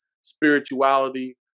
Spirituality